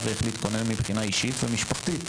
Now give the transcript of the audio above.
וכיצד להתכונן לכך מבחינה אישית ומשפחתית.